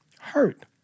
hurt